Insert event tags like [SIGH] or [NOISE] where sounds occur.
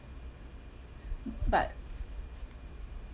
[NOISE] but